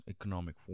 economic